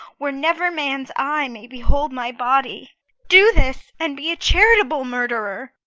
where never man's eye may behold my body do this, and be a charitable murderer.